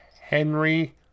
Henry